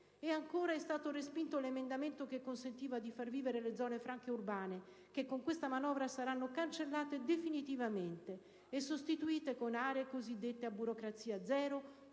E ancora è stato respinto l'emendamento che consentiva di far vivere le zone franche urbane, che con questa manovra saranno definitivamente cancellate e sostituite con aree cosiddette a burocrazia zero,